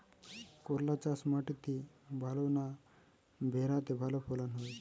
করলা চাষ মাটিতে ভালো না ভেরাতে ভালো ফলন হয়?